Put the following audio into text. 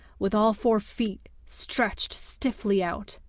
with all four feet stretched stiffly out,